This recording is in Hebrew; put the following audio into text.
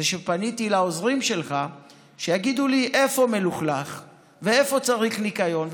זה שפניתי לעוזרים שלך שיגידו לי איפה מלוכלך ואיפה צריך ניקיון,